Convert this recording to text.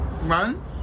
run